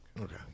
Okay